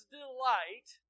delight